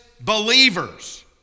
believers